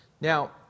Now